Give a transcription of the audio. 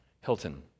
Hilton